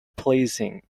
pleasing